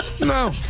No